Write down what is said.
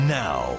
now